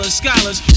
scholars